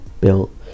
built